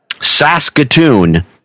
Saskatoon